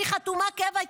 כי היא חתומה קבע,